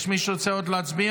יש מי שרוצה עוד להצביע?